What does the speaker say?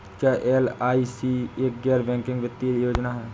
क्या एल.आई.सी एक गैर बैंकिंग वित्तीय योजना है?